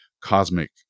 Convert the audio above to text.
cosmic